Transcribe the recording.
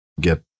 get